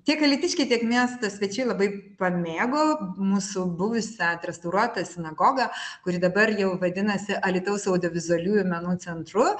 tiek alytiškiai tiek miesto svečiai labai pamėgo mūsų buvusią atrestauruota sinagoga kuri dabar jau vadinasi alytaus audevizualiųjų menų centru